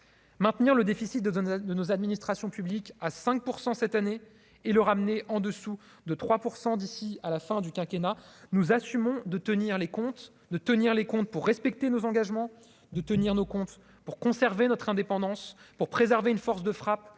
maintenir le déficit de de nos administrations publiques à 5 % cette année et le ramener en dessous de 3 % d'ici à la fin du quinquennat nous assumons de tenir les comptes de tenir les comptes pour respecter nos engagements de tenir nos comptes pour conserver notre indépendance pour préserver une force de frappe